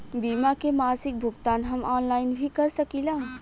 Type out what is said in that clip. बीमा के मासिक भुगतान हम ऑनलाइन भी कर सकीला?